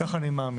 כך אני מאמין.